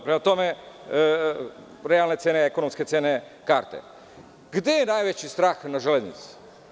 Prema tome, realne cene i ekonomske cene karte, i gde je najveći strah na železnici?